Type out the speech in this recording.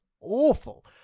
awful